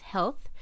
Health